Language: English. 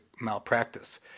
malpractice